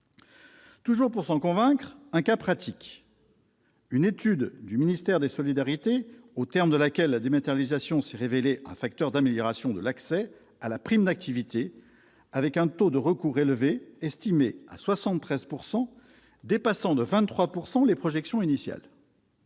Je prendrai maintenant un cas pratique. Aux termes d'une étude du ministère des solidarités et de la santé, la dématérialisation s'est révélée un facteur d'amélioration de l'accès à la prime d'activité, avec un taux de recours élevé, estimé à 73 %, dépassant de 23 % les projections initiales.